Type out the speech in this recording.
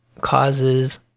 causes